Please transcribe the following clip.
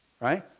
right